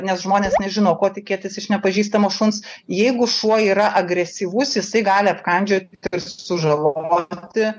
nes žmonės nežino ko tikėtis iš nepažįstamo šuns jeigu šuo yra agresyvus jisai gali apkandžioti ir sužaloti